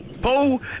Paul